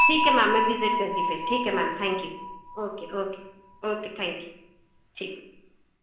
ठीक ऐ मैम में विजिट करगी ठीक ऐ ma'am thank you okay okay okay thank you ठीक ऐ